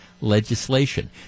legislation